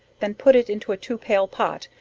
then put it into a two pail pot,